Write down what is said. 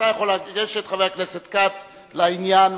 ישנו חבר הכנסת כץ לעניין.